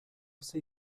sei